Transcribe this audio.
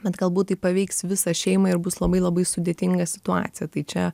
bet galbūt tai paveiks visą šeimą ir bus labai labai sudėtinga situacija tai čia